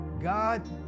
God